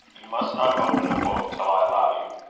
you must not open a book till i allow you.